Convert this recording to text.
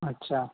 আচ্ছা